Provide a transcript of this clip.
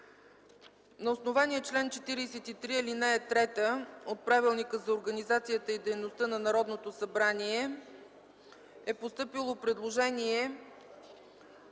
На основание чл. 43, ал. 3 от Правилника за организацията и дейността на Народното събрание е постъпило предложение